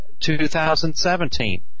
2017